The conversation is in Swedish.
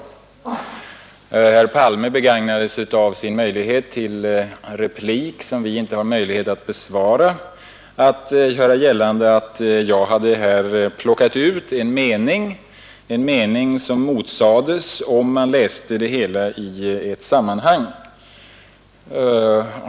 Herr Palme begagnade sin möjlighet till replik, som vi inte har tillfälle att besvara, till att göra gällande att jag här hade plockat ut en mening som motsades, om man läste den i sitt sammanhang.